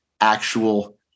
actual